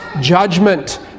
judgment